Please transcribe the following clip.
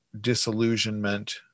disillusionment